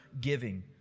giving